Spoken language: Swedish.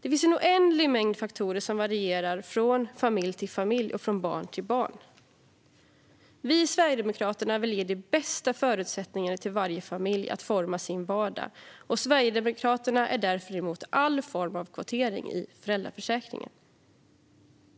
Det finns en oändlig mängd faktorer som varierar från familj till familj och från barn till barn. Vi i Sverigedemokraterna vill ge de bästa förutsättningarna till varje familj att forma sin vardag. Därför är Sverigedemokraterna emot all form av kvotering i föräldraförsäkringen.